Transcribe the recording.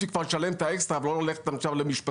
לי כבר לשלם אקסטרה ולא ללכת למשפטים.